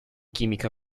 chimica